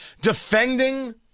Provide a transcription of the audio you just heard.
Defending